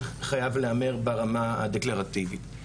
וחייב להמר ברמה הדקלרטיבית.